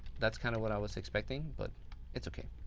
that's kind of what i was expecting, but it's okay.